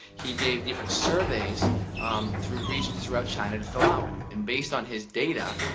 he gave different surveys through regions throughout china to fill out. and and based on his data,